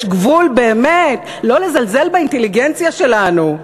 יש גבול, באמת, לא לזלזל באינטליגנציה שלנו.